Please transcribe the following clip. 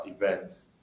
events